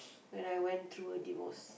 when I went through a divorce